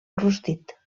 rostit